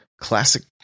classic